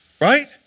right